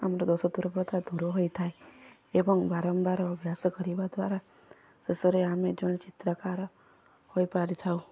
ଆମର ଦୂର ହୋଇଥାଏ ଏବଂ ବାରମ୍ବାର ଅଭ୍ୟାସ କରିବା ଦ୍ୱାରା ଶେଷରେ ଆମେ ଜଣେ ଚିତ୍ରକାର ହୋଇପାରିଥାଉ